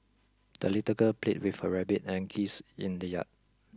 the little girl played with her rabbit and geese in the yard